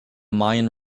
mayan